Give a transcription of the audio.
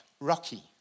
rocky